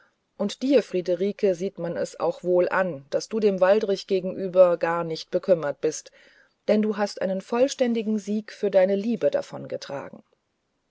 und dir friederike sieht man es auch wohl an daß du dem waldrich da gegenüber nicht gar bekümmert bist denn du hast einen vollständigen sieg für deine liebe davongetragen